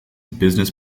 business